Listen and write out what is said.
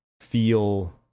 feel